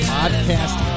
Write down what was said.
Podcast